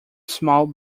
small